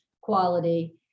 quality